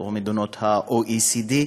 האחרונים.